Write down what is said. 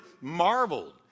marveled